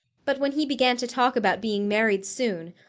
but when he began to talk about being married soon,